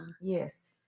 Yes